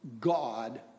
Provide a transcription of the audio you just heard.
God